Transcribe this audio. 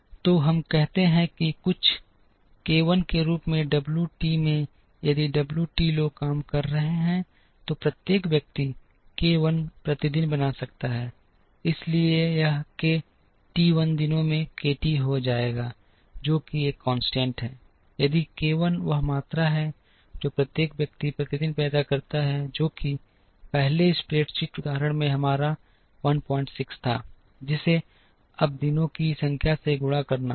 तो हम कहते हैं कि कुछ k 1 के रूप में W t में यदि wt लोग काम कर रहे हैं तो प्रत्येक व्यक्ति k 1 प्रति दिन बना सकता है इसलिए यह k t 1 दिनों में k t हो जाएगा जो कि एक स्थिरांक है यदि k 1 वह मात्रा है जो प्रत्येक व्यक्ति प्रति दिन पैदा करता है जो कि पिछले स्प्रेडशीट उदाहरण में हमारा 16 था जिसे अब दिनों की संख्या से गुणा करना होगा